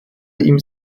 ihm